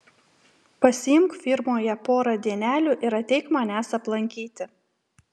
pasiimk firmoje porą dienelių ir ateik manęs aplankyti